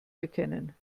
erkennen